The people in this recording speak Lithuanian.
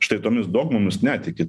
štai tomis dogmomis netiki